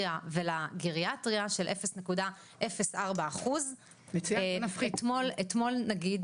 לפסיכיאטריה ולגריאטריה של 0.04%. אתמול נגיד,